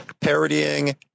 parodying